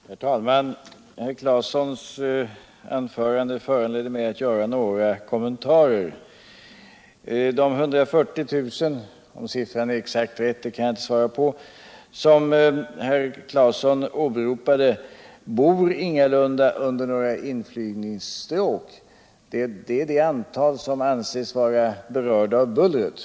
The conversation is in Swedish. Herr talman! Herr Claesons anförande föranleder mig att göra några kommentarer. De 140 000 människor — om siffran är exakt riktig kan jag inte svara på — som herr Claeson nämnde bor ingalunda under några inflygningsstråk. Det är det antal som anses vara berörda av bullret.